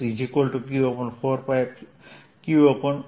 ds q0 છે